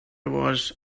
was